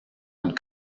une